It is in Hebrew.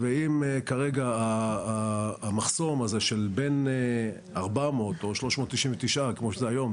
ואם כרגע המחסום הזה של בין 400 או 399 כמו שזה היום,